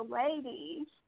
ladies